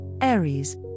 Aries